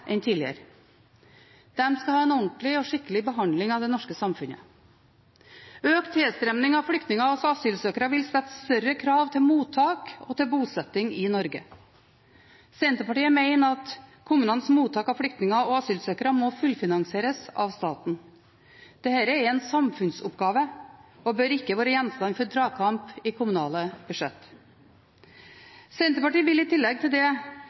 enn tidligere. De skal ha en ordentlig og skikkelig behandling av det norske samfunnet. Økt tilstrømning av flyktninger og asylsøkere vil stille større krav til mottak og bosetting i Norge. Senterpartiet mener at kommunenes mottak av flyktninger og asylsøkere må fullfinansieres av staten. Dette er en samfunnsoppgave og bør ikke være gjenstand for dragkamp i kommunale budsjetter. Senterpartiet vil i tillegg til det